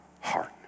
heart